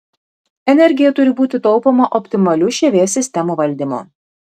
energija turi būti taupoma optimaliu šv sistemų valdymu